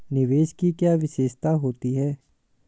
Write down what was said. निवेश की क्या विशेषता होती है?